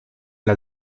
las